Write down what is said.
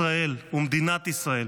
עם ישראל ומדינת ישראל